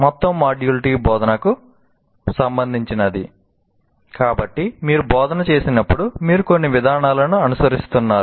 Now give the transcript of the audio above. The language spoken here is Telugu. మొత్తం మాడ్యూల్ 2 బోధనకు సంబంధించినది కాబట్టి మీరు బోధన చేసినప్పుడు మీరు కొన్ని విధానాలను అనుసరిస్తున్నారు